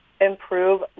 improve